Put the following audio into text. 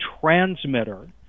transmitter